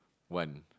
one